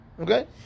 Okay